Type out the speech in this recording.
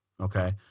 okay